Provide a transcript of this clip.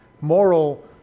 moral